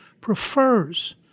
prefers